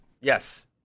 yes